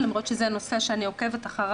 אם זה מכונים של בתי חולים ואם זה ספקים שעומדים תחת